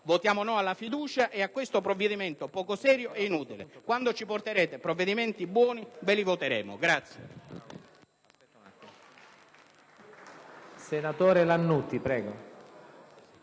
Votiamo no alla fiducia e a questo provvedimento poco serio e inutile. Quando ci porterete provvedimenti buoni, ve li voteremo.